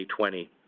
2020